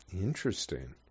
Interesting